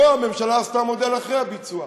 פה הממשלה עשתה מודל אחרי הביצוע.